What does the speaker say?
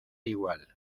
igual